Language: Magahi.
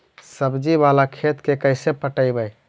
सब्जी बाला खेत के कैसे पटइबै?